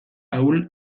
ahul